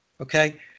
Okay